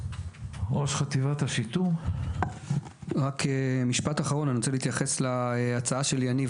אני רוצה להתייחס להצעה של יניב,